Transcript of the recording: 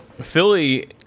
Philly